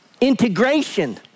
integration